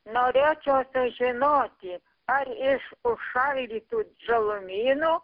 norėčiau sužinoti ar iš užšaldytų žalumynų